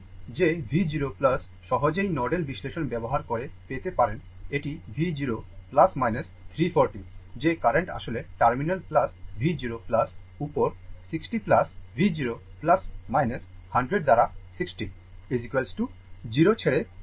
সুতরাং যে V 0 সহজেই নোডাল বিশ্লেষণ ব্যবহার করে পেতে পারেন এটি V 0 340 যে কারেন্ট আসলে টার্মিনাল V 0 উপর 60 V 0 100 দ্বারা 16 0 ছেড়ে যাচ্ছে